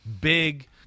Big